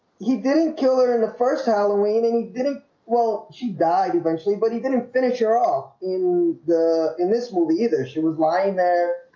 he didn't kill her in the first halloween ii didn't well she died eventually but he didn't finish her off in the in this movie either. she was lying there.